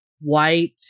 white